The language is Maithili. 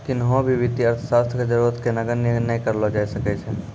किन्हो भी वित्तीय अर्थशास्त्र के जरूरत के नगण्य नै करलो जाय सकै छै